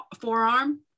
forearm